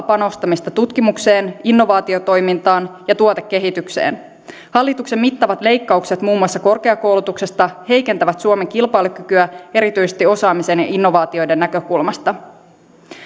panostamista tutkimukseen innovaatiotoimintaan ja tuotekehitykseen hallituksen mittavat leikkaukset muun muassa korkeakoulutuksesta heikentävät suomen kilpailukykyä erityisesti osaamisen ja innovaatioiden näkökulmasta